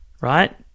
right